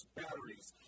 batteries